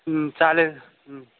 चालेल